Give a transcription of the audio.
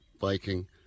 biking